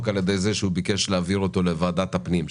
על ידי זה שהוא ביקש להעביר אותו לוועדת הפנים,